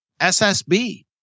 SSB